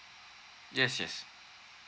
yes yes